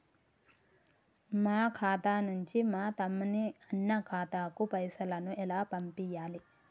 మా ఖాతా నుంచి మా తమ్ముని, అన్న ఖాతాకు పైసలను ఎలా పంపియ్యాలి?